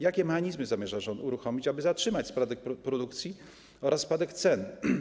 Jakie mechanizmy zamierza uruchomić rząd, aby zatrzymać spadek produkcji oraz spadek cen?